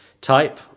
Type